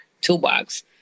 toolbox